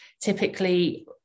Typically